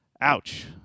Ouch